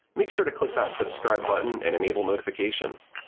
make sure to click that subscribe button and enable notifications.